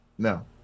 no